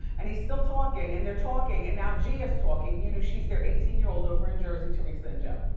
and he's still talking, and they're talking, and now gia's talking, you know she's their eighteen year old over in jersey, teresa and joe.